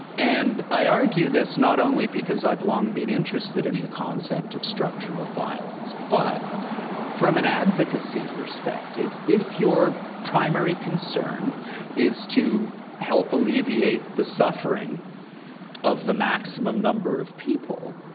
and i argue this not only because i've long been interested in the concept of structural violence but from an advocacy perspective, if your primary concern is to help alleviate the suffering of the maximum number of people,